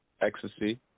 ecstasy